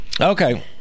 Okay